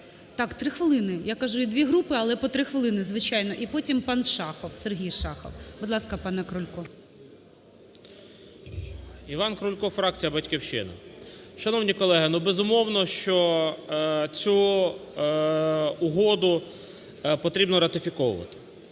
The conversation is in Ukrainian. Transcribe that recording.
Так, 3 хвилини. Я кажу: є дві групи, але по 3 хвилини, звичайно. І потім – пан Шахов, Сергій Шахов. Будь ласка, пане Крулько. 11:21:17 КРУЛЬКО І.І. Іван Крулько, фракція "Батьківщина". Шановні колеги, безумовно, що цю угоду потрібно ратифіковувати.